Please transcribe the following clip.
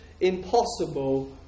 impossible